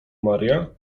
maria